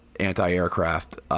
Anti-aircraft